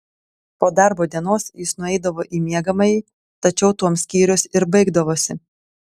po darbo dienos jis nueidavo į miegamąjį tačiau tuom skyrius ir baigdavosi